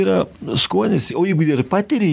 yra skonis o jeigu ir patiri